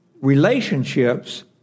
relationships